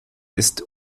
ist